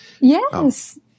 Yes